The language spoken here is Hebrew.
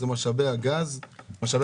זה משאבי הטבע.